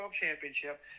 championship